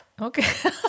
Okay